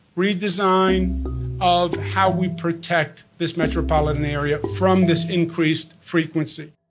redesign of how we protect this metropolitan area from this increased frequency